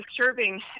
disturbing